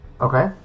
Okay